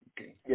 Okay